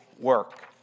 work